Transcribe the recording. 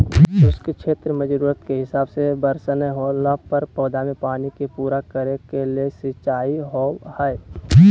शुष्क क्षेत्र मेंजरूरत के हिसाब से वर्षा नय होला पर पौधा मे पानी के पूरा करे के ले सिंचाई होव हई